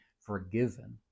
forgiven